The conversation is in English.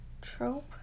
trope